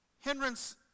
Hindrance